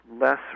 less